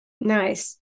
Nice